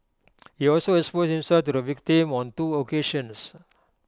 he also exposed himself to the victim on two occasions